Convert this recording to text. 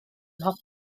mhob